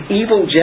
evil